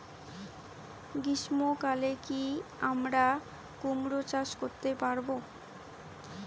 গ্রীষ্ম কালে কি আমরা কুমরো চাষ করতে পারবো?